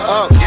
up